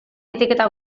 etiketa